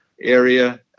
area